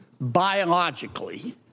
Biologically